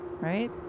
right